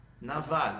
Naval